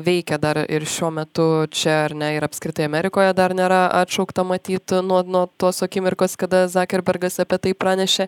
veikia dar ir šiuo metu čia ar ne ir apskritai amerikoje dar nėra atšaukta matyt nuo nuo tos akimirkos kada zakerbergas apie tai pranešė